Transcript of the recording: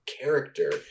character